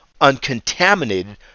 uncontaminated